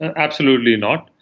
and absolutely not.